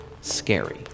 scary